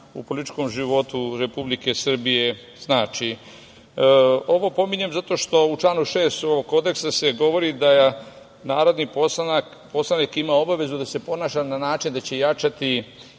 u političkom životu Republike Srbije znači. Ovo pominjem zato što u članu 6. ovog kodeksa se govori da narodni poslanik ima obavezu da se ponaša na način da će jačati